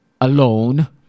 alone